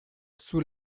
sous